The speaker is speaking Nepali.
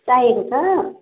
चाहिएको छ